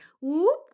Whoop